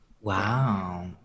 Wow